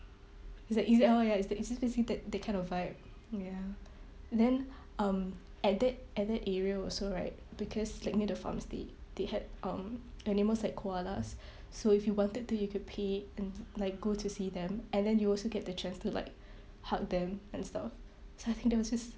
it's like it's like oh ya it's the it's just that that kind of vibe ya then um at that at that area also right because like near the farm stay they had um animals like koalas so if you wanted to you could pay and like go to see them and then you also get the chance to like hug them and stuff so I think there was just